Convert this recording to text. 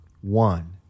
one